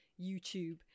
YouTube